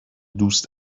دوست